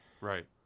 right